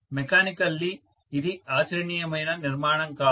mechanically ఇది ఆచరణీయమైన నిర్మాణం కాదు